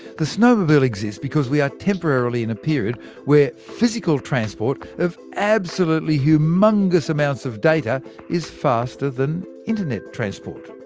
the snowmobile exists because we are temporarily in a period where physical transport of absolutely humungous amounts of data is faster than internet transport.